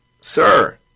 Sir